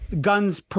Guns